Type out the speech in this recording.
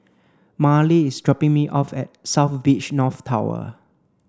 Marley is dropping me off at South Beach North Tower